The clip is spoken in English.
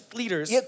leaders